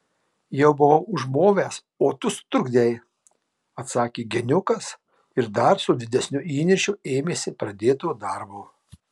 jau buvau užmovęs o tu sutrukdei atsakė geniukas ir dar su didesniu įniršiu ėmėsi pradėto darbo